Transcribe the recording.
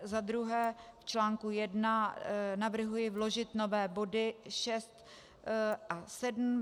Zadruhé v článku 1 navrhuji vložit nové body 6 a 7.